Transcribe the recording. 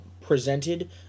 presented